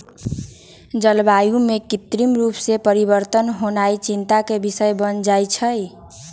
जलवायु में कृत्रिम रूप से परिवर्तन होनाइ चिंता के विषय बन जाइ छइ